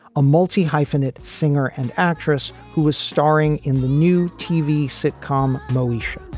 a multi hyphenate, singer and actress who is starring in the new tv sitcom moesha